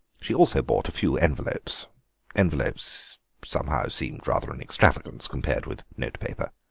she also bought a few envelopes envelopes somehow seemed rather an extragavance compared with notepaper.